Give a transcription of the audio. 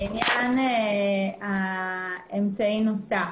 לעניין האמצעי הנוסף.